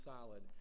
solid